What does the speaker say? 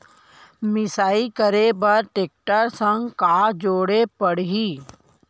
मिसाई करे बर टेकटर संग का जोड़े पड़ही?